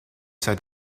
said